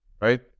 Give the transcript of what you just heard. right